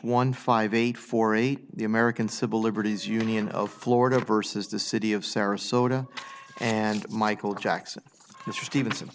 one five eight four eight the american civil liberties union of florida versus the city of sarasota and michael jackson mr stevens